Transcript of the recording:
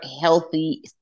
healthy